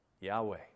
Yahweh